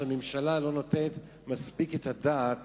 שהממשלה לא נותנת מספיק את הדעת